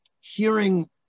hearing